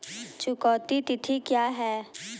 चुकौती तिथि क्या है?